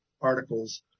articles